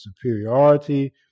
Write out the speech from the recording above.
superiority